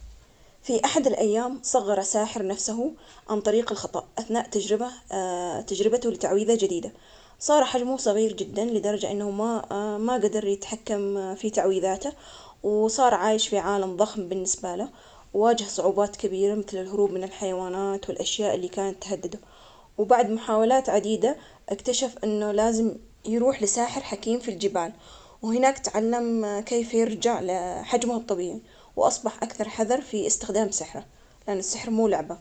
يوم من الأيام صغر ساحر نفسها عن طريق الخطأ, وصار بحجم حبة فاكهة, اندهش وشاف العالم بطريقة مختلفة, شاف تفاصيل ما كان يشوفها من قبل, لكن طاحت عليه قطة كبيرة, و صار موقفه خطير, هرب منها وركض ولقى مساعدة من جني صغير, مع بعض سووا تعويذة عكسية, ورجعوا لحجمه الطبيعي وتعلم درس عن السحرو صار يستخدمه بحذر.